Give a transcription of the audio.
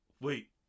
Wait